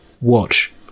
watch